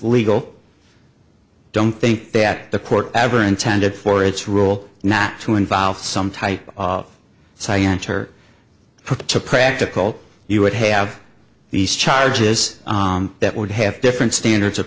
legal i don't think that the court ever intended for its rule not to involve some type of science or practical you would have these charges that would have different standards of